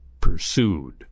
pursued